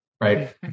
right